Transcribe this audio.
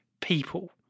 people